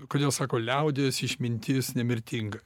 kodėl sako liaudies išmintis nemirtinga